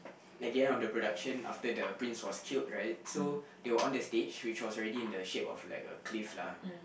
at the end of the production after the prince was killed right so they were on the stage which was already in the shape of like a cliff lah